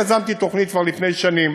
יזמתי תוכנית כבר לפני שנים,